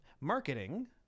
Marketing